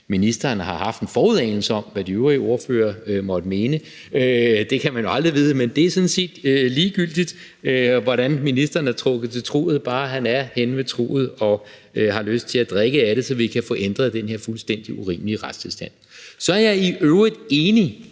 ministeren har haft en forudanelse om, hvad de øvrige ordførere måtte mene. Det kan man jo aldrig vide, men det er sådan set ligegyldigt, hvordan ministeren er trukket til truget, bare han er henne ved truget og har lyst til at drikke af det, så vi kan få ændret den her fuldstændig urimelige retstilstand. Kl. 15:22 Så er jeg i øvrigt enig